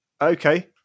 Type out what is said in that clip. Okay